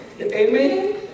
Amen